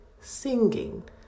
singing